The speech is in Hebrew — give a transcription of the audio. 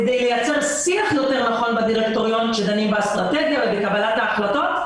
כדי לייצר שיח יותר נכון בדירקטוריון כשדנים באסטרטגיה ובקבלת ההחלטות.